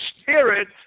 spirit